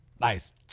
Nice